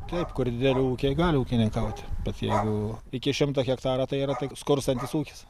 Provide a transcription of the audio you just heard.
taip kur dideli ūkiai gali ūkininkauti bet jeigu iki šimto hektara tai yra tai skurstantis ūkis